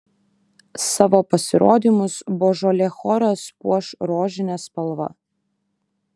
savo pasirodymus božolė choras puoš rožine spalva